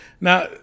now